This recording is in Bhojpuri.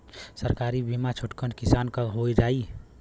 सरकारी बीमा छोटकन किसान क हो जाई?